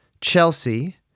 Chelsea